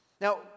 Now